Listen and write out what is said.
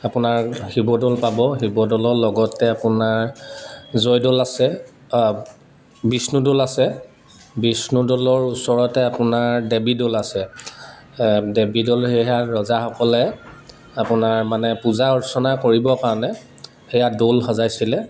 তাত আপোনাৰ শিৱদৌল পাব শিৱদৌলৰ লগতে আপোনাৰ জয়দৌল আছে বিষ্ণুদৌল আছে বিষ্ণুদৌলৰ ওচৰতে আপোনাৰ দেৱী দৌল আছে দেৱী দৌল সেয়া ৰজাসকলে আপোনাৰ মানে পূজা অৰ্চনা কৰিবৰ কাৰণে সেয়া দৌল সজাইছিলে